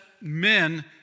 men